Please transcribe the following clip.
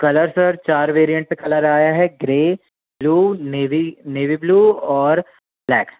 colour sir चार variant पर colour आया है grey blue navy navy blue और ब्लैक